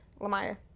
lamaya